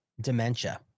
dementia